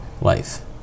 life